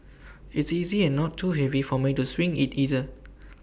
it's easy and not too heavy for me to swing IT either